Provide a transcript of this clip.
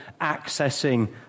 accessing